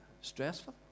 stressful